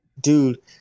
Dude